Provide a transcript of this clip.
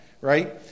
right